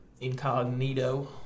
Incognito